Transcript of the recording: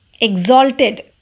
exalted